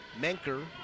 Menker